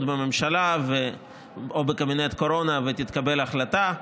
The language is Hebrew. בממשלה או בקבינט הקורונה ותתקבל החלטה,